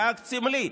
כאקט סמלי,